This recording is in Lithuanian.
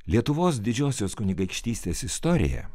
lietuvos didžiosios kunigaikštystės istorija